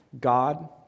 god